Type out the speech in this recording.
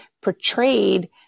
portrayed